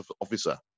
officer